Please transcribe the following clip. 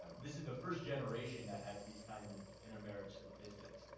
this is the first generation that has these kind of intermarriage statistics.